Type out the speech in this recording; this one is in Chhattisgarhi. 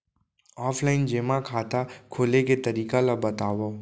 ऑफलाइन जेमा खाता खोले के तरीका ल बतावव?